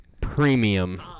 premium